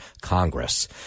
Congress